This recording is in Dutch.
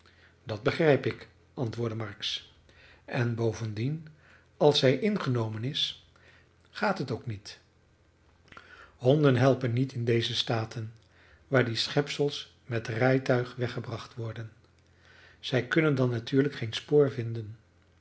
dat begrijp ik antwoordde marks en bovendien als zij ingenomen is gaat het ook niet honden helpen niet in deze staten waar die schepsels met rijtuig weggebracht worden zij kunnen dan natuurlijk geen spoor vinden